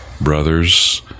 Brothers